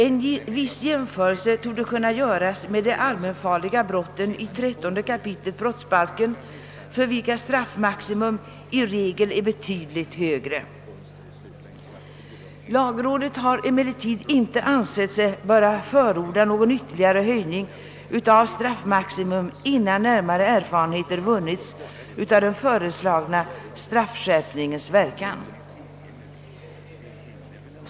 En viss jämförelse torde kunna göras med de allmänfarliga brotten i 13 kap. brottsbalken, för vilka straffmaximum i regel är betydligt högre.» Lagrådet har emellertid inte ansett sig böra förorda någon ytterligare höjning av straffmaximum innan närmare erfarenheter vunnits av den föreslagna straffskärpningens verkan.